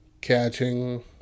catching